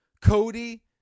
Cody